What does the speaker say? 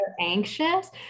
anxious